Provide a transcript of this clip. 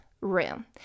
room